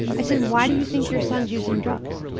i said, why do you think your son is using drugs?